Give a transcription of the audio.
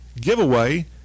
giveaway